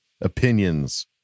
Opinions